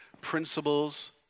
principles